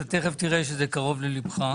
אתה תיכף תראה שזה קרוב לליבך.